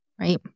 right